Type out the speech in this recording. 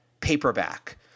Paperback